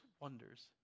wonders